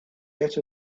get